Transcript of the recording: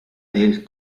del